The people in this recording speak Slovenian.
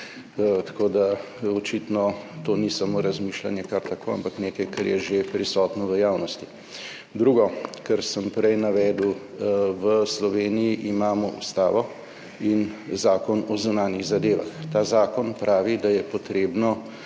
Tako da očitno to ni samo razmišljanje kar tako, ampak nekaj, kar je že prisotno v javnosti. Drugo, kar sem prej navedel, v Sloveniji imamo ustavo in Zakon o zunanjih zadevah. Ta zakon pravi, da je potrebno